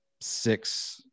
six